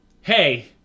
hey